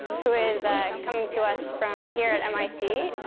who is coming to us from here at mit.